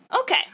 okay